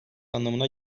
anlamına